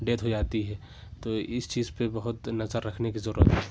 death ہو جاتی ہے تو اِس چیز پہ بہت نظر رکھنے کی ضرورت ہے